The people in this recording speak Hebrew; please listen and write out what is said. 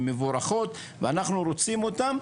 הן מבורכות ואנחנו רוצים אותן,